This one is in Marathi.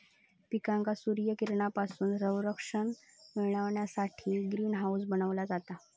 पिकांका सूर्यकिरणांपासून संरक्षण मिळण्यासाठी ग्रीन हाऊस बनवला जाता